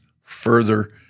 further